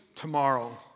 tomorrow